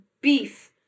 beef